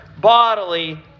bodily